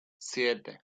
siete